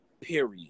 period